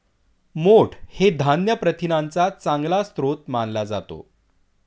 मोठ हे धान्य प्रथिनांचा चांगला स्रोत मानला जातो